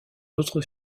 autre